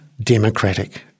democratic